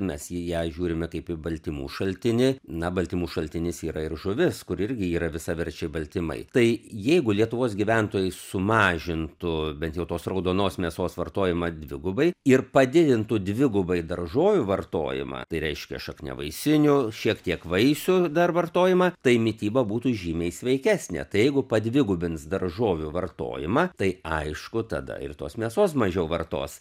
mes į ją žiūrime kaip į baltymų šaltinį na baltymų šaltinis yra ir žuvis kuri irgi yra visaverčiai baltymai tai jeigu lietuvos gyventojai sumažintų bent jau tos raudonos mėsos vartojimą dvigubai ir padidintų dvigubai daržovių vartojimą tai reiškia šakniavaisinių šiek tiek vaisių dar vartojimą tai mityba būtų žymiai sveikesnė jeigu padvigubins daržovių vartojimą tai aišku tada ir tos mėsos mažiau vartos